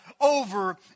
over